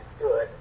good